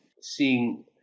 seeing